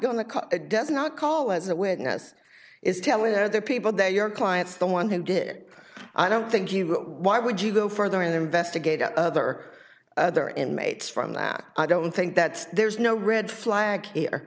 going to cut it does not call as a witness is telling other people that your client's the one who did it i don't think you go why would you go further and investigate other other inmates from that i don't think that there's no red flag here